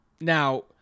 Now